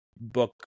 book